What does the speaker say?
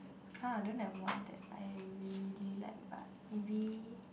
!huh! don't have one that I really like but maybe